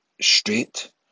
straight